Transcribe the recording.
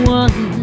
one